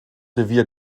revier